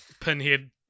pinhead